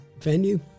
venue